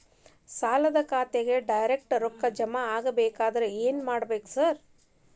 ಸಾಲದ ಖಾತೆಗೆ ಡೈರೆಕ್ಟ್ ರೊಕ್ಕಾ ಜಮಾ ಆಗ್ಬೇಕಂದ್ರ ಏನ್ ಮಾಡ್ಬೇಕ್ ಸಾರ್?